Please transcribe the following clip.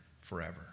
forever